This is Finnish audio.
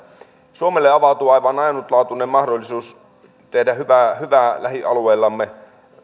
suomelle avautuu aivan ainutlaatuinen mahdollisuus tehdä hyvää lähialueellamme